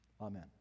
amen